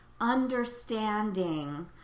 understanding